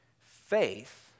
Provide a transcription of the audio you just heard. Faith